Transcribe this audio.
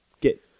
get